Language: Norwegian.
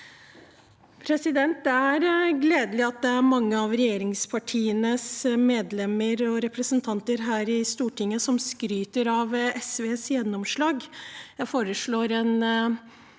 vår. Det er gledelig at det er mange av regjeringspartienes medlemmer og representanter her i Stortinget som skryter av SVs gjennomslag. Jeg foreslår et